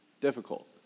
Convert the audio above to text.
Difficult